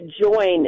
join